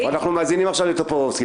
אנחנו מאזינים כרגע לחבר הכנסת טופורובסקי.